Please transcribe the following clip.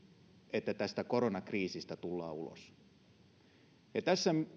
että tästä koronakriisistä tullaan ulos tässä